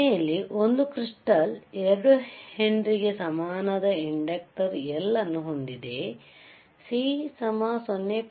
ಪ್ರಶ್ನೆಯಲ್ಲಿ ಒಂದುಕ್ರಿಸ್ಟಾಲ್ 2 ಹೆನ್ರಿಗೆ ಸಮನಾದ ಇಂಡಕ್ಟರ್ L ಅನ್ನು ಹೊಂದಿದೆ C 0